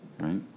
right